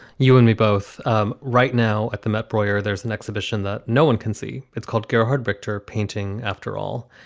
you and me both um right now at the met-pro here, there's an exhibition that no one can see. it's called gerhard richter painting, after all.